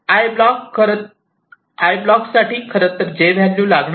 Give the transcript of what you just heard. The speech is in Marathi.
'I' ब्लॉक साठी खरंतर 'j' व्हॅल्यू लागणार नाही